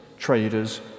traders